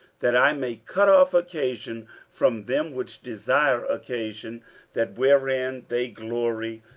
that i may cut off occasion from them which desire occasion that wherein they glory,